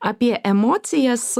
apie emocijas